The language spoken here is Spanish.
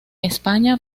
españa